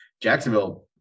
jacksonville